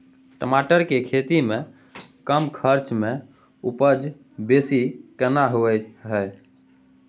टमाटर के खेती में कम खर्च में उपजा बेसी केना होय है?